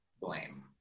blame